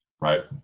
Right